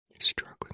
struggling